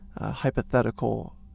hypothetical